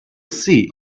see